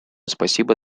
спасибо